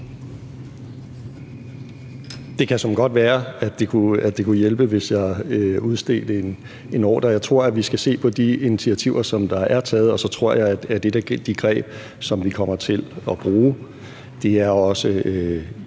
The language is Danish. Det kan såmænd godt være, at det kunne hjælpe, hvis jeg udstedte en ordre. Jeg tror, at vi skal se på de initiativer, som der er taget. Og så tror jeg, at et af de greb, som vi kommer til at bruge, også